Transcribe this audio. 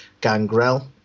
Gangrel